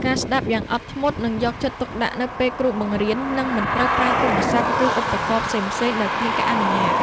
ការស្ដាប់យ៉ាងអត់ធ្មត់ និងយកចិត្តទុកដាក់នៅពេលគ្រូបង្រៀន និងមិនត្រូវប្រើទូរស័ព្ទឬឧបករណ៍ផ្សេងៗដោយគ្មានការអនុញ្ញាត។